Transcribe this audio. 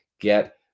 get